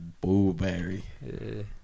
Blueberry